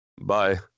Bye